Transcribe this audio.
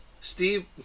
Steve